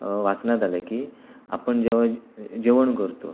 वाचण्यात आलं आहे की आपण जेव्हा जेवण करतो